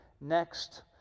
next